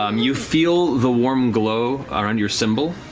um you feel the warm glow around your symbol,